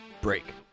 break